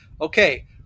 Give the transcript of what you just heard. okay